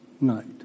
night